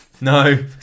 No